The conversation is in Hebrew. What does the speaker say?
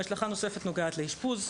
השלכה נוספת נוגעת לאשפוז.